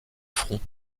fronts